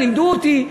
לימדו אותי,